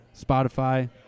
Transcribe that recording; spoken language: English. Spotify